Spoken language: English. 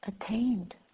attained